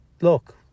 look